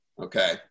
okay